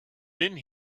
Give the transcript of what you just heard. been